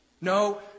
No